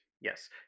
Yes